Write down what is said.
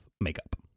makeup